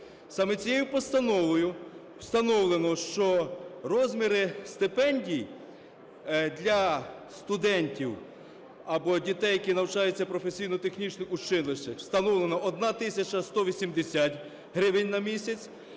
Саме цією постановою встановлено, що розміри стипендій для студентів або дітей, які навчаються в професійно-технічних училищах, встановлено 1 тисяча 180 гривень на місяць,